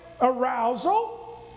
arousal